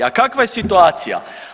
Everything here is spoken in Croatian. A kakva je situacija?